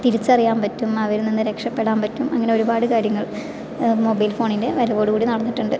തിരിച്ചറിയാൻ പറ്റും അവരിൽ നിന്ന് രക്ഷപ്പെടാൻ പറ്റും അങ്ങനെ ഒരുപാട് കാര്യങ്ങൾ മൊബൈൽ ഫോണിൻ്റെ വരവോടു കൂടി നടന്നിട്ടുണ്ട്